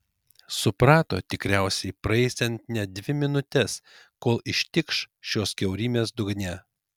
suprato tikriausiai praeisiant net dvi minutes kol ištikš šios kiaurymės dugne